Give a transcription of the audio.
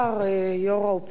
יושב-ראש האופוזיציה,